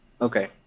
Okay